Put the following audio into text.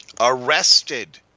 Arrested